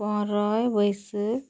ᱯᱚᱱᱮᱨᱚᱭ ᱵᱟᱹᱭᱥᱟᱹᱠ